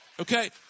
Okay